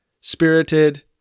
Spirited